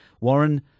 Warren